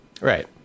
Right